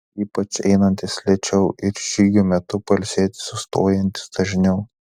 ypač einantys lėčiau ir žygio metu pailsėti sustojantys dažniau